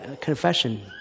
confession